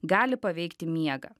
gali paveikti miegą